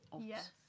Yes